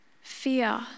Fear